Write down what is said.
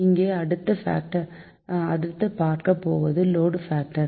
இங்கே அடுத்து பார்க்கப்போவது லோடு பாக்டர்